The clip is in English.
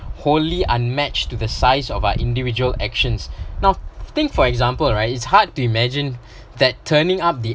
wholly unmatched to the size of uh individual actions now think for example right it's hard to imagine that turning up the